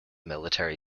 military